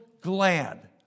glad